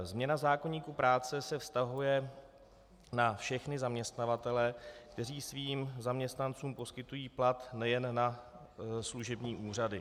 Změna zákoníku práce se vztahuje na všechny zaměstnavatele, kteří svým zaměstnancům poskytují plat, nejen na služební úřady.